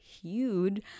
huge